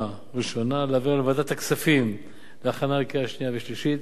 ראשונה ולהעבירה לוועדת הכספים להכנה לקריאה שנייה ושלישית.